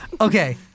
Okay